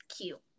cute